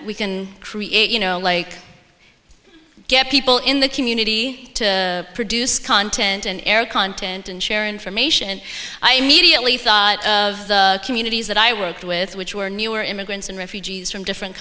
we can create you know like get people in the community to produce content and air content and share information i immediately thought of the communities that i worked with which were newer immigrants and refugees from different